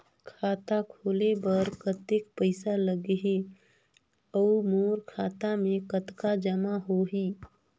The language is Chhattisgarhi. खाता खोले बर कतेक पइसा लगही? अउ मोर खाता मे कतका जमा होही?